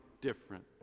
different